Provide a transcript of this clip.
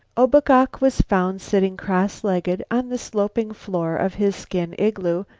o-bo-gok was found sitting cross-legged on the sloping floor of his skin-igloo,